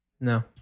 No